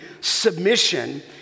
submission